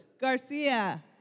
Garcia